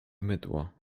mydło